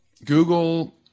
Google